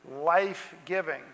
life-giving